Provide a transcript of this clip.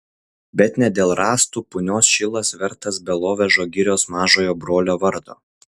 bet ne dėl rąstų punios šilas vertas belovežo girios mažojo brolio vardo